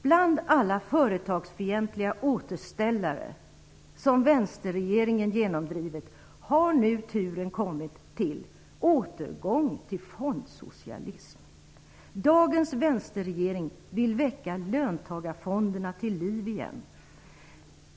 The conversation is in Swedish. Bland alla företagsfientliga återställare som vänsterregeringen genomdrivit har nu turen kommit till återgång till fondsocialism. Dagens vänsterregering vill väcka löntagarfonderna till liv igen.